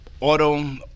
auto